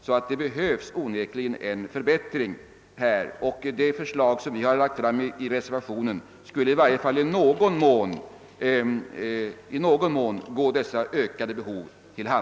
Här behövs onekligen en förbättring. Det förslag som nu lagts fram i reservationen skulle i varje fall i någon mån tillgodose dessa ökade krav.